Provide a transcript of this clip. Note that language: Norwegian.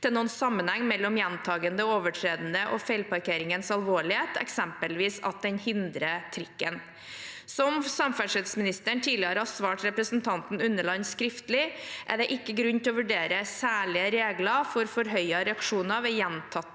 til noen sammenheng mellom gjentakende overtredere og feilparkeringens alvorlighet, eksempelvis at den hindrer trikken. Som samferdselsministeren tidligere har svart representanten Unneland skriftlig, er det ikke grunn til å vurdere særlige regler for forhøyede reaksjoner ved gjentatte